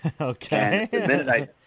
Okay